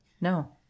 no